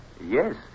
yes